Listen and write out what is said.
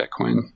bitcoin